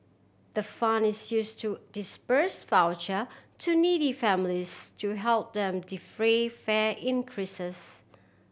the fund is use to disburse voucher to needy families to help them defray fare increases